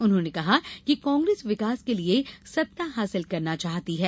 उन्होंने कहा कि कांग्रेस विकास के लिये सत्ता हासिल करना चाहती है